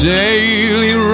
daily